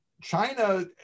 China